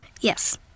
Yes